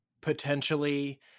potentially